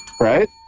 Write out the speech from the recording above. right